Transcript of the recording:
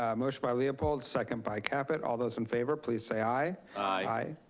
ah motion by leopold, second by caput, all those in favor please say aye. aye.